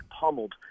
pummeled